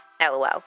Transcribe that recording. LOL